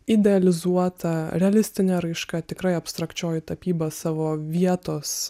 idealizuota realistinė raiška tikrai abstrakčioji tapyba savo vietos